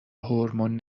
هورمون